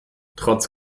trotz